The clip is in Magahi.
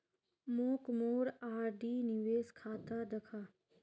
मोक मोर आर.डी निवेश खाता दखा